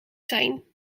zijn